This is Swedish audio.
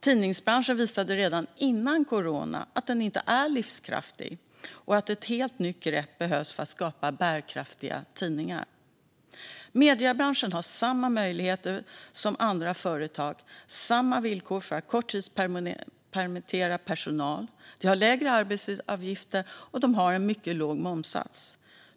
Tidningsbranschen visade redan före corona att den inte är livskraftig, och ett helt nytt grepp behövs för att skapa bärkraftiga tidningar. Mediebranschen har samma möjligheter som andra företag och samma villkor för att korttidspermittera personal. Den har lägre arbetsgivaravgifter och en mycket låg momssats.